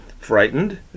frightened